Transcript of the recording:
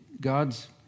God's